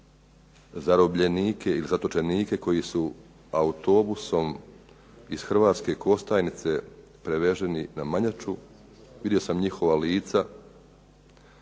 zarobljenike ili zatočenike koji su autobusom iz Hrvatske Kostajnice preveženi na Manjaču. Vidio sam njihova lica.